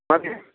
माबे